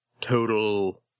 total